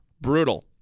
brutal